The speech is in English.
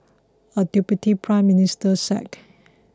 a deputy Prime Minister sacked